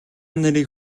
нарыг